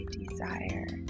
desire